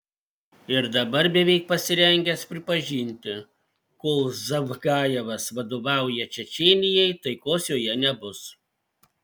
ir dabar beveik pasirengęs pripažinti kol zavgajevas vadovauja čečėnijai taikos joje nebus